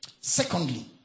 Secondly